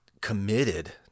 committed